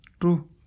True